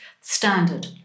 standard